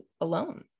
alone